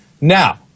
Now